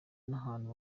n’ahantu